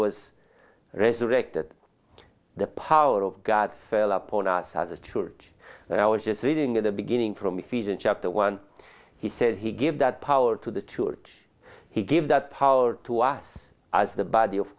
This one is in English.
was resurrected the power of god fell upon us as a church i was just reading in the beginning from the feet in chapter one he said he gave that power to the church he give that power to us as the body of